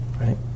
right